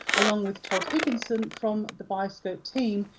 along with tod higginson from the bioscope team,